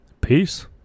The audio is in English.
peace